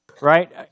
right